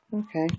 Okay